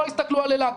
לא הסתכלו על אילת.